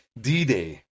D-Day